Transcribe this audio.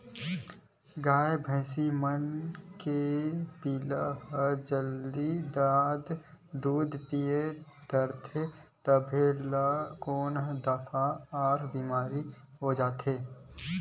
गाय भइसी मन के पिला ह जादा दूद पीय डारथे तभो ल कोनो दफे अफरा बेमारी हो जाथे